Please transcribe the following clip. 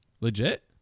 Legit